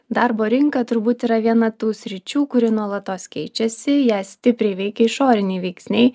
darbo rinka turbūt yra viena tų sričių kuri nuolatos keičiasi ją stipriai veikia išoriniai veiksniai